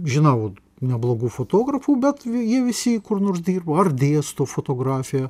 žinau neblogų fotografų bet jie visi kur nors dirba ar dėsto fotografiją